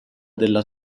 della